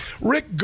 Rick